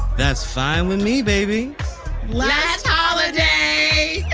that's fine with me, baby last holiday.